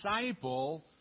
disciple